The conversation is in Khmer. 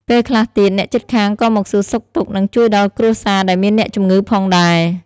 ពេលខ្លះទៀត អ្នកជិតខាងក៏មកសួរសុខទុក្ខ និងជួយដល់គ្រួសារដែលមានអ្នកជម្ងឺផងដែរ។